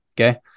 Okay